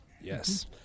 Yes